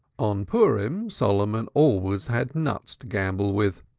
on purim solomon always had nuts to gamble with,